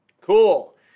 cool